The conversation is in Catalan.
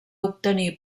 obtenir